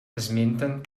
esmenten